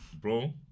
bro